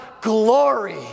glory